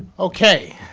ok,